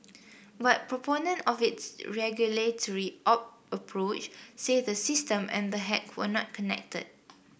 but proponents of its regulatory out approach say the system and the hack were not connected